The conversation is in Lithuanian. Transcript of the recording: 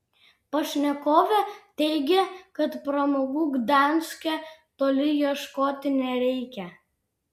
pašnekovė teigė kad pramogų gdanske toli ieškoti nereikia